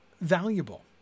valuable